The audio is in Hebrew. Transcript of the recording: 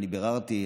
אני ביררתי,